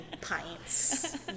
pints